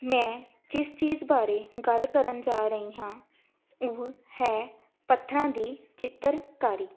ਮੈਂ ਜਿਸ ਚੀਜ਼ ਬਾਰੇ ਗੱਲ ਕਰਨ ਜਾ ਰਹੀ ਹਾਂ ਉਹ ਹੈ ਪੱਥਰਾਂ ਦੀ ਚਿੱਤਰਕਾਰੀ